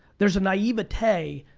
there's a naivete,